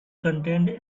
contained